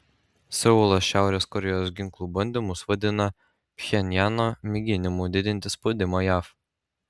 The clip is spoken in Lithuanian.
seulas šiaurės korėjos ginklų bandymus vadina pchenjano mėginimu didinti spaudimą jav